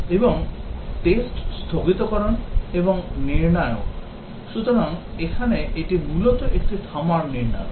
এবং test স্থগিতকরণ এবং নির্ণায়ক সুতরাং এখানে এটি মূলত একটি থামার নির্ণায়ক